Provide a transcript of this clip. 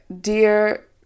dear